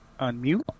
unmute